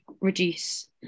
reduce